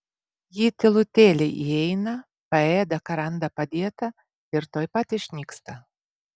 ji tylutėliai įeina paėda ką randa padėta ir tuoj pat išnyksta